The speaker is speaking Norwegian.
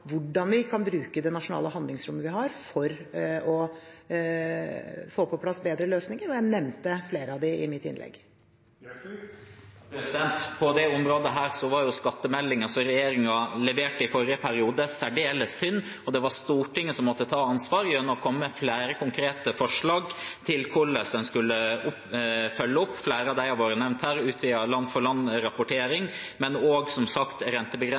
hvordan vi kan bruke det nasjonale handlingsrommet vi har, for å få på plass bedre løsninger, og jeg nevnte flere av dem i mitt innlegg. På dette området var skattemeldingen som regjeringen leverte i forrige periode, særdeles tynn, og det var Stortinget som måtte ta ansvar gjennom å komme med flere konkrete forslag til hvordan en skulle følge opp. Flere av dem har vært nevnt her: